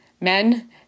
men